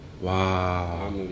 Wow